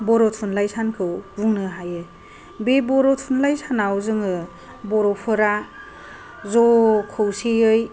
बर' थुनलाइ सानखौ बुंनो हायो बे बर' थुनलाइ सानाव जोङो बर'फोरा ज' खौसेयै